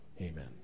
Amen